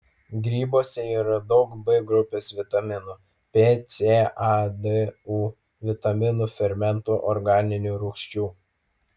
grybuose yra daug b grupės vitaminų p c a d u vitaminų fermentų organinių rūgščių